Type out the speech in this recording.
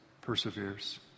perseveres